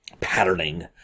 patterning